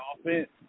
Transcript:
offense